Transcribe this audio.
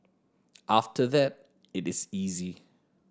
after that it is easy